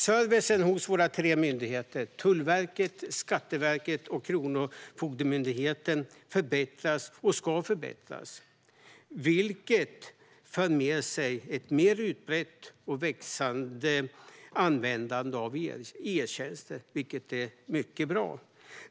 Servicen hos våra tre myndigheter Tullverket, Skatteverket och Kronofogdemyndigheten förbättras och ska fortsätta att förbättras. Detta för med sig ett mer utbrett och växande användande av e-tjänster, vilket är mycket bra.